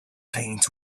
paint